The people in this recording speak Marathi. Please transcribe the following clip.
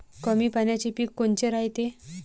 कमी पाण्याचे पीक कोनचे रायते?